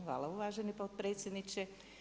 hvala uvaženi potpredsjedniče.